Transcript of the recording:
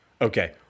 Okay